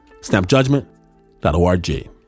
snapjudgment.org